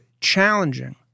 challenging